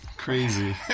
crazy